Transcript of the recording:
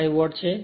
5 vote છે